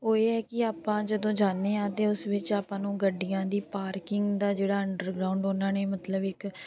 ਉਹ ਇਹ ਹੈ ਕਿ ਆਪਾਂ ਜਦੋਂ ਜਾਂਦੇ ਹਾਂ ਤਾਂ ਉਸ ਵਿੱਚ ਆਪਾਂ ਨੂੰ ਗੱਡੀਆਂ ਦੀ ਪਾਰਕਿੰਗ ਦਾ ਜਿਹੜਾ ਅੰਡਰਗਰਾਉਂਡ ਉਹਨਾਂ ਨੇ ਮਤਲਬ ਇੱਕ